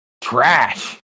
trash